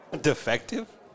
Defective